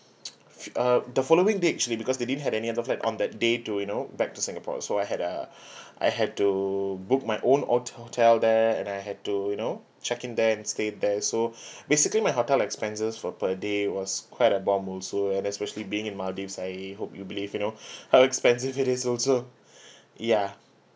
f~ uh the following day actually because they didn't have any other flight on that day to you know back to singapore so I had uh I had to book my own hotel hotel there and I had to you know check in there and stay there so basically my hotel expenses for per day was quite a bomb also and especially being in maldives I hope you believe you know how expensive it is also ya